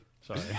sorry